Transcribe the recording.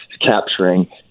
capturing